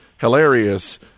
hilarious